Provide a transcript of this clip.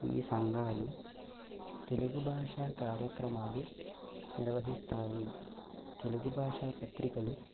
ఈ సంఘాలు తెలుగు భాష కార్యక్రమాలు నిర్వహిస్తాయి తెలుగు భాషా పత్రికలు